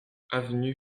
avenue